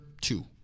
two